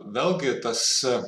vėlgi tas